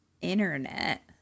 internet